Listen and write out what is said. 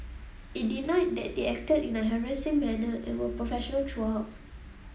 it denied that they acted in a harassing manner and were professional throughout